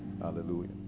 Hallelujah